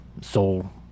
soul